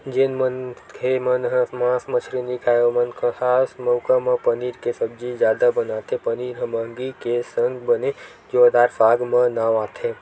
जेन मनखे मन ह मांस मछरी नइ खाय ओमन खास मउका म पनीर के सब्जी जादा बनाथे पनीर ह मंहगी के संग बने जोरदार साग म नांव आथे